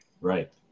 right